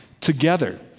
together